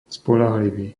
spoľahlivý